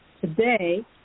today